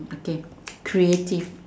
okay creative